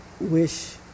wish